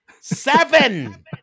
Seven